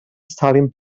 stalin